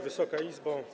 Wysoka Izbo!